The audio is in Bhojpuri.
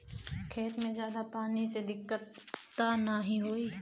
खेत में ज्यादा पानी से दिक्कत त नाही होई?